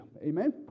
Amen